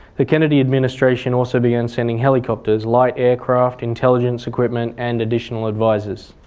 the kennedy administration also began sending helicopters, light aircraft, intelligence equipment and additional advisers.